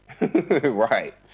Right